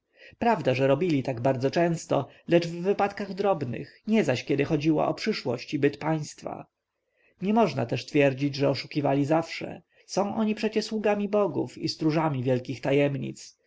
prawda że robili tak bardzo często lecz w wypadkach drobnych nie zaś kiedy chodziło o przyszłość i byt państwa nie można też twierdzić że oszukiwali zawsze są oni przecie sługami bogów i stróżami wielkich tajemnic